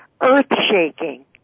earth-shaking